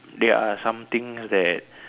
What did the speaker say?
there are somethings that